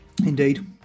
Indeed